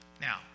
now